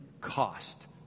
cost